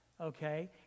Okay